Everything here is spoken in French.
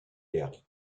hier